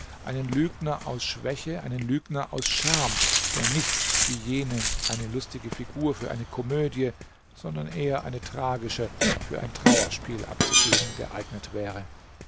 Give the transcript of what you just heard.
einen lügner aus schwäche einen lügner aus scham der nicht wie jene eine lustige figur für eine komödie sondern eher eine tragische für ein trauerspiel abzugeben geeignet wäre